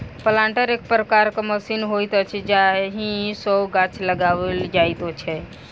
planter एक प्रकारक machine होइत अछि जाहि सॅ गाछ लगाओल जाइत छै